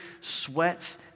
sweat